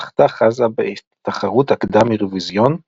זכתה חזה בתחרות הקדם אירוויזיון,